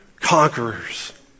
conquerors